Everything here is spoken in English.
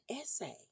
essay